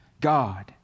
God